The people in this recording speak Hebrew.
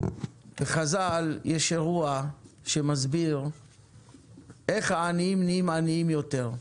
בחז"ל יש אירוע שמסביר איך העניים נהיים עניים יותר,